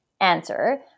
answer